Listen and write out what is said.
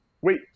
Wait